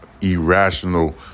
irrational